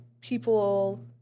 people